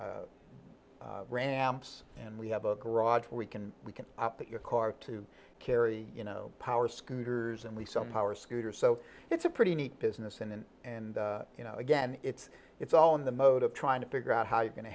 o ramps and we have a garage we can we can put your car to carry you know power scooters and we somehow or scooter so it's a pretty neat business and and you know again it's it's all in the mode of trying to figure out how you're going to